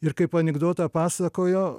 ir kaip anikdotą pasakojo